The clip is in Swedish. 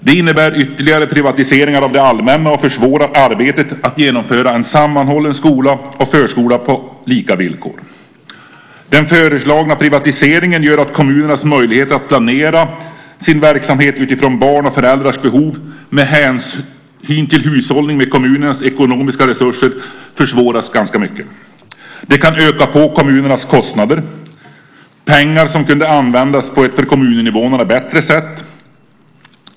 Det innebär ytterligare privatiseringar av det allmänna och försvårar arbetet att genomföra en sammanhållen skola och förskola på lika villkor. Den föreslagna privatiseringen gör att kommunernas möjligheter att planera sin verksamhet utifrån barns och föräldrars behov med hänsyn till hushållning med kommunernas ekonomiska resurser försvåras ganska mycket. Det kan öka på kommunernas kostnader och ta i anspråk pengar som kunde användas på ett för kommuninvånarna bättre sätt.